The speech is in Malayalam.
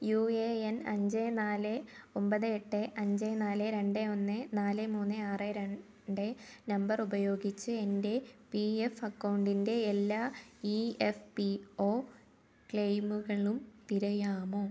യു എ എൻ അഞ്ച് നാല് ഒമ്പത് എട്ട് അഞ്ച് നാല് രണ്ട് ഒന്ന് നാല് മൂന്ന് ആറ് രണ്ട് നമ്പർ ഉപയോഗിച്ച് എൻ്റെ പി എഫ് അക്കൗണ്ടിൻ്റെ എല്ലാ ഇ എഫ് പി ഒ ക്ലെയിമുകളും തിരയാമോ